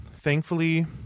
thankfully